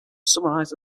summarized